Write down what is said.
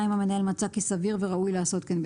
המנהל מצא כי סביר וראוי לעשות כן,